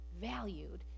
valued